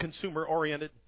consumer-oriented